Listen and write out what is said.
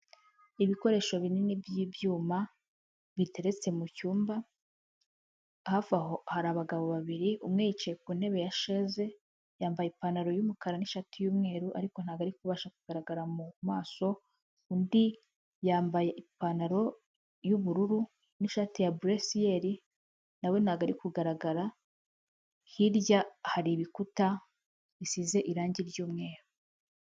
Ibikoresho binini by'ibyuma biteretse mu cyumba. Hafi aho hari abagabo babiri umwe yicaye ku ntebe yasheze yambaye ipantaro y'umukara n'ishati y'umweru ariko ntabwo ari kubasha kugaragara mu maso. Undi yambaye ipantaro y'ubururu n'ishati ya buresiyeri nawe ntabwo ari kugaragara, hirya hari ibikuta bisize irangi ry'umweru.